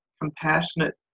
compassionate